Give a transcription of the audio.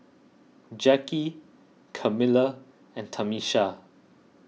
Jacki Camila and Tamisha